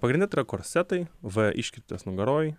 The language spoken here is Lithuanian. pagrinde tai yra korsetai v iškirptės nugaroj